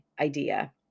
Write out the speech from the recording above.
idea